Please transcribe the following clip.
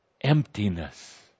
emptiness